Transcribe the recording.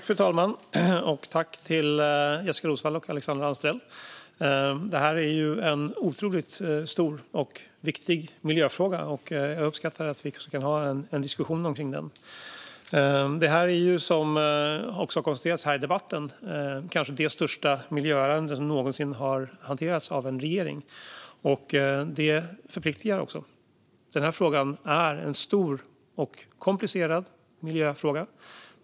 Fru talman! Jag tackar Jessika Roswall och Alexandra Anstrell för detta. Detta är en otroligt stor och viktig miljöfråga. Jag uppskattar att vi kan ha en diskussion om den. Som konstateras här i debatten är detta kanske det största miljöärende som någonsin har hanterats av en regering. Det förpliktar också. Denna fråga är en stor och komplicerad miljöfråga.